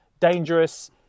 dangerous